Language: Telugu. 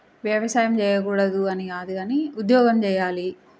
వ్యవసాయం చేయకూడదు అని కాదు కానీ ఉద్యోగం చేయాలి